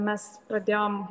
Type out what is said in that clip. mes pradėjom